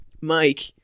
mike